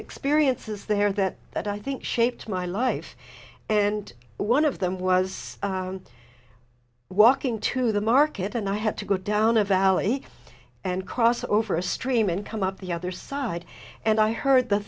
experiences there that that i think shaped my life and one of them was walking to the market and i had to go down a valley and cross over a stream and come up the other side and i heard the